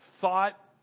thought